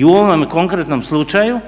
I u ovome konkretnom slučaju